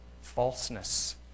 falseness